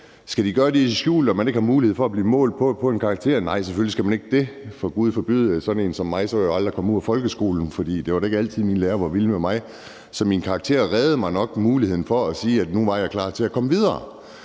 Skal de gøre det i det skjulte, så man ikke har mulighed for at blive målt på og få en karakter? Nej, selvfølgelig skal man ikke det, og gud forbyde det, for så var sådan en som mig jo aldrig kommet ud af folkeskolen. For det var da ikke altid, mine lærere var vilde med mig, så mine karakterer reddede mig nok muligheden for at sige, at nu var jeg klar til at komme videre.